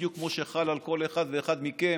בדיוק כמו שחל על כל אחד ואחד מכם,